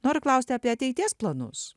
noriu klausti apie ateities planus